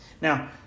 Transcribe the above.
Now